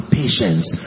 patience